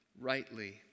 rightly